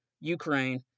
Ukraine